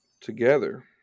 together